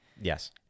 Yes